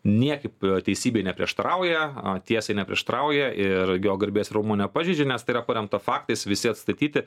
niekaip teisybei neprieštarauja tiesai neprieštarauja ir jo garbės ir orumo nepažeidžia nes tai yra paremta faktais visi atstatyti